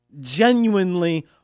genuinely